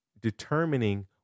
determining